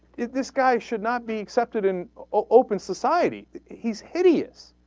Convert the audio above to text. if this guy should not be accepted in or open society he's idiots